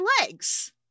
legs